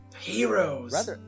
Heroes